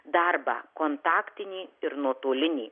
darbą kontaktinį ir nuotolinį